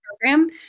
program